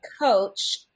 coach